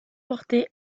portés